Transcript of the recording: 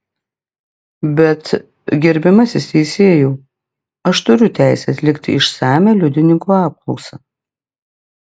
bet gerbiamasis teisėjau aš turiu teisę atlikti išsamią liudininko apklausą